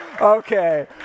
Okay